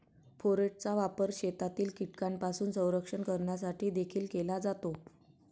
फोरेटचा वापर शेतातील कीटकांपासून संरक्षण करण्यासाठी देखील केला जातो